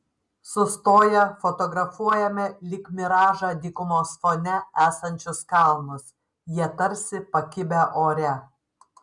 sustoję fotografuojame lyg miražą dykumos fone esančius kalnus jie tarsi pakibę ore